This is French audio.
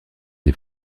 des